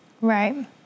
Right